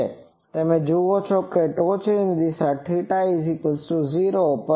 તેથી તમે જુઓ છો કે ટોચ પરની દિશા 0 છે